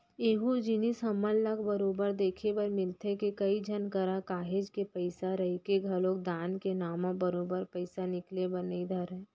एहूँ जिनिस हमन ल बरोबर देखे बर मिलथे के, कई झन करा काहेच के पइसा रहिके घलोक दान के नांव म बरोबर पइसा निकले बर नइ धरय